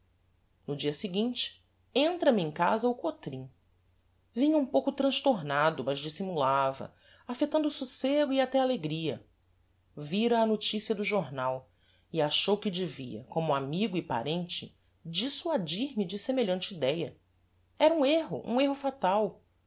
no dia seguinte entra me em casa o cotrim vinha um pouco transtornado mas dissimulava affectando socego e até alegria vira a noticia do jornal e achou que devia como amigo e parente dissuadir me de semelhante idéa era um erro um erro fatal